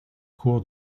cour